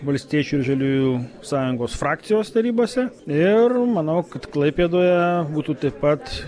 valstiečių ir žaliųjų sąjungos frakcijos tarybose ir manau kad klaipėdoje būtų taip pat